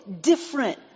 different